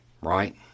right